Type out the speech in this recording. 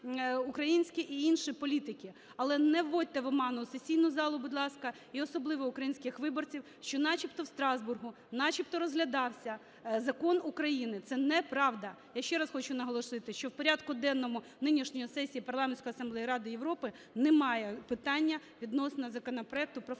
українські і інші політики, але не вводьте в оману сесійну залу, будь ласка, і особливо українських виборців, що начебто в Страсбурзі начебто розглядався закон України. Це неправда. Я ще раз хочу наголосити, що в порядку денному нинішньої сесії Парламентської асамблеї